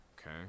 okay